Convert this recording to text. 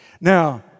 Now